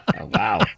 Wow